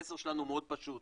המסר שלנו הוא מאוד פשוט,